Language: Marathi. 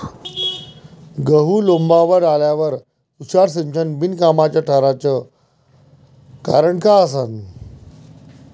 गहू लोम्बावर आल्यावर तुषार सिंचन बिनकामाचं ठराचं कारन का असन?